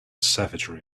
savagery